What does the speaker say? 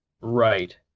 Right